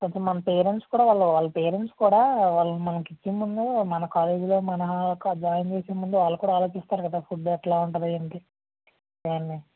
కొంచెం మన పేరెంట్స్ కూడ వాళ్ళ వాళ్ళ పేరెంట్స్ కూడ వాళ్ళని మనకి ఇచ్చేముందు మన కాలేజీలో మన జాయిన్ చేసేముందు వాళ్ళు కూడ ఆలోచిస్తారు కదా ఫుడ్డు ఎట్లా ఉంటుంది ఏంటి ఇవన్ని